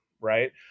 right